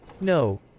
No